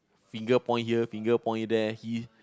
finger point here finger point there he